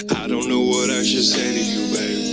i don't know what i should say you